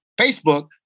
Facebook